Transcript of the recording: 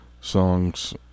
songs